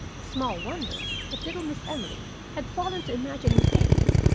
small wonder if little miss emily had fallen to imagining things,